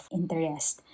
interest